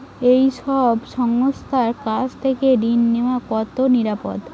এই সব সংস্থার কাছ থেকে ঋণ নেওয়া কতটা নিরাপদ?